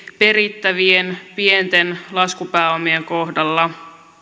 perittävien pienten laskupääomien kohdalla